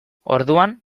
orduan